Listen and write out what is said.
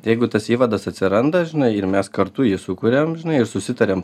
jeigu tas įvadas atsiranda žinai ir mes kartu jį sukuriam žinai ir susitariam